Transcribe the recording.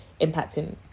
impacting